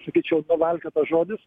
sakyčiau nuvalkiotas žodis